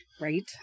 Right